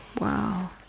Wow